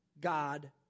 God